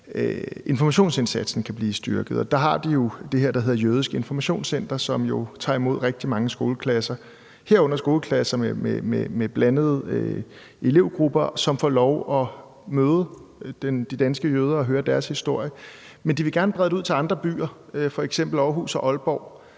informationsindsatsen kan blive styrket. De har jo det her, der hedder Jødisk Informationscenter, som tager imod rigtig mange skoleklasser, herunder skoleklasser med blandede elevgrupper, som får lov at møde de danske jøder og høre deres historie. Men de vil gerne brede det ud til andre byer, f.eks. Aarhus og Aalborg.